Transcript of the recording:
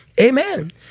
amen